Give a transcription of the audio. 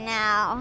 now